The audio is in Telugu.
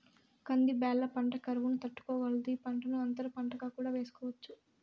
కంది బ్యాళ్ళ పంట కరువును తట్టుకోగలదు, ఈ పంటను అంతర పంటగా కూడా వేసుకోవచ్చు